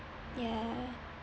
ya